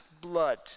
blood